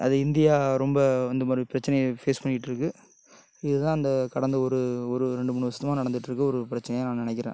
அது இந்தியா ரொம்ப இந்த மாதிரி பிரச்சனையை ஃபேஸ் பண்ணிட்டுருக்கு இது தான் அந்த கடந்த ஒரு ஒரு ரெண்டு மூணு வர்ஷமாக நடந்துட்டுருக்கு ஒரு பிரச்சனையாக நான் நினைக்கிறேன்